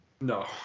No